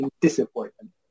disappointment